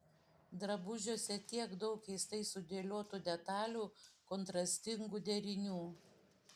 drabužiuose tiek daug keistai sudėliotų detalių kontrastingų derinių